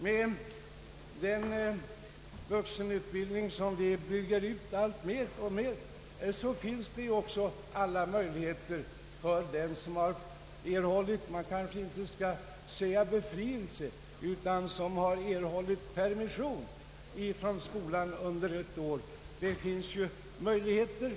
Med den vuxenutbildning vi bygger ut alltmer finns också alla möjligheter till komplettering för den som erhållit permission — man skall kanske inte säga befrielse — från skolan under ett år.